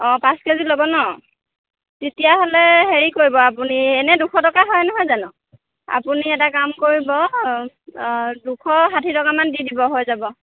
অঁ পাঁচ K G ল'ব ন তেতিয়াহ'লে হেৰি কৰিব আপুনি এনে দুশ টকা হয় নহয় জানোঁ আপুনি এটা কাম কৰিব দুশ ষাঠি টকা মান দি দিব হৈ যাব